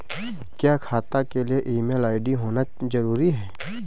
क्या खाता के लिए ईमेल आई.डी होना जरूरी है?